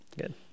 good